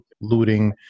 looting